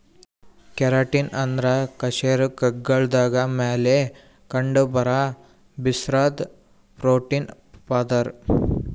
keratin ಅಂದ್ರ ಕಶೇರುಕಗಳ್ದಾಗ ಮ್ಯಾಲ್ ಕಂಡಬರಾ ಬಿರ್ಸಾದ್ ಪ್ರೋಟೀನ್ ಪದರ್